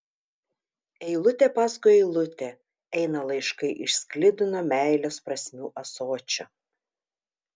eilutė paskui eilutę eina laiškai iš sklidino meilės prasmių ąsočio